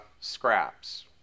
scraps